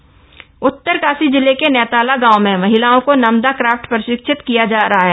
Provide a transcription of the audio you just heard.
Namda craft Uttarkashi जिले के नेताला गांव में महिलाओं को नमदा क्राफ्ट प्रशिक्षित किया जा रहा है